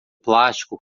plástico